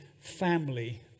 family